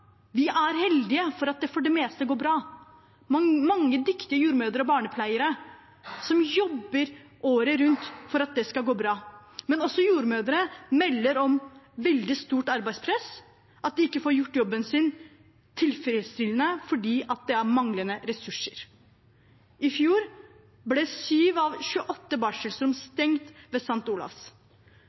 at vi har mange dyktige jordmødre og barnepleiere som jobber året rundt for at det skal gå bra. Også jordmødre melder om veldig stort arbeidspress og at de ikke får gjort jobben sin tilfredsstillende fordi det er manglende ressurser. I fjor ble 7 av 28 barselrom stengt ved St. Olavs